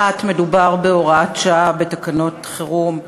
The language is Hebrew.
1. מדובר בהוראת שעה, בתקנות חירום,